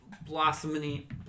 blossoming